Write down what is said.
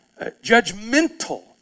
Judgmental